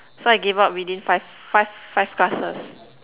so I gave up within five five five classes